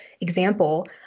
example